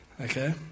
Okay